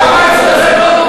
למה לא הצבעה חשאית?